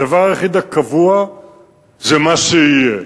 הדבר היחיד הקבוע זה מה שיהיה.